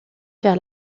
vers